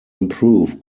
improve